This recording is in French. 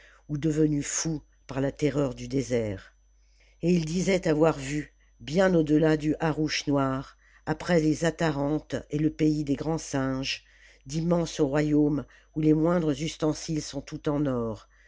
ou devenus fous par la terreur du désert et il disait avoir vu bien au delà du harousch noir après les atarantes et le pays des grands singes d'immenses royaumes où les moindres ustensiles sont tout en or